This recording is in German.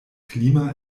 klima